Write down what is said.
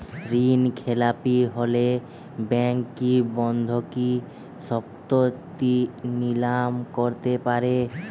ঋণখেলাপি হলে ব্যাঙ্ক কি বন্ধকি সম্পত্তি নিলাম করতে পারে?